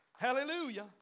Hallelujah